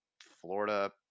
Florida